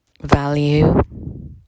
value